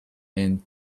and